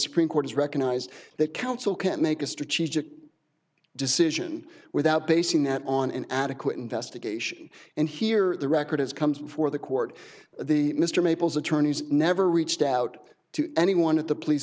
supreme court has recognized that counsel can't make a strategic decision without basing that on an adequate investigation and here the record is comes before the court the mr maple's attorneys never reached out to anyone at the police